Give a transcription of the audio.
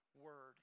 word